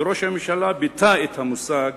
וראש הממשלה ביטא את המושג